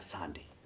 Sunday